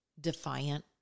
defiant